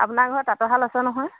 আপোনাৰ ঘৰত তাঁতৰ শাল আছে নহয়